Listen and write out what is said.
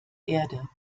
erde